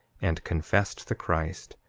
and confessed the christ,